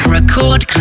Record